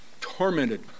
tormented